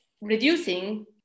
reducing